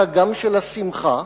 של השמחה,